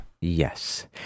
Yes